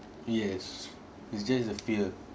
yes it's just a fear